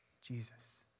Jesus